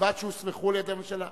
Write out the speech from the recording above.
ובלבד שהוסמכו על-ידי הממשלה.